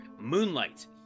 Moonlight